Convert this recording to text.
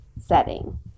setting